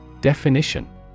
Definition